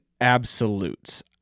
absolutes